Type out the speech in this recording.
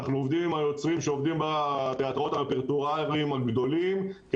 אנחנו עובדים עם היוצרים שעובדים עם התיאטראות הרפרטואריים הגדולים כי